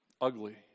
ugly